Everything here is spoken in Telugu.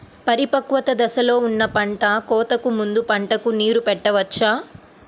పరిపక్వత దశలో ఉన్న పంట కోతకు ముందు పంటకు నీరు పెట్టవచ్చా?